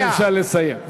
אם אפשר, לסיים.